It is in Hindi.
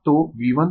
तो अब यह rV1 है